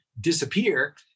disappear